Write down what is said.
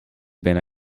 bijna